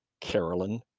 Carolyn